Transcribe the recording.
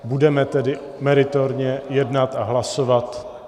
Budeme tedy meritorně jednat a hlasovat...